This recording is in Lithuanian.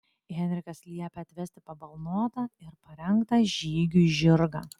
henrikas liepia atvesti pabalnotą ir parengtą žygiui žirgą